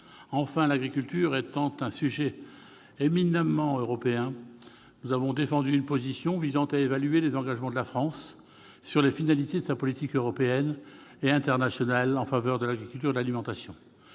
Enfin, l'agriculture étant un sujet éminemment européen, nous avons défendu une disposition visant à évaluer les engagements de la France concernant les finalités de sa politique européenne et internationale en faveur de l'agriculture et de l'alimentation.